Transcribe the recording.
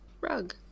rug